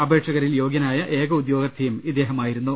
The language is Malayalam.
അപേക്ഷകരിൽ യോഗ്യനായ ഏക ഉദ്യോഗാർഥിയും ഇദ്ദേഹമായിരുന്നു